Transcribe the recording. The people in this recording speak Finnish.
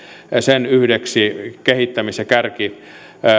sen yhdeksi kehittämis ja